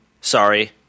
Sorry